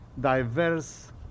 Diverse